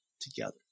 together